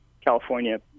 California